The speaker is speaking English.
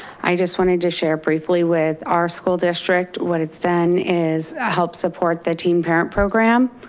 i just wanted to share briefly with our school district what it's done is help support the teen parent program.